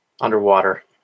underwater